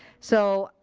so,